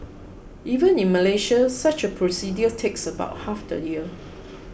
even in Malaysia such a procedure takes about half the year